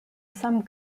some